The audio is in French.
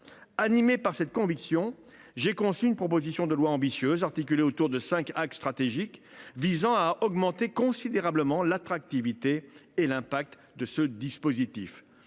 Animé par cette conviction, j’ai conçu une proposition de loi ambitieuse, articulée autour de cinq axes stratégiques, visant à augmenter considérablement l’attractivité et l’impact de ce dispositif.